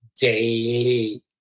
daily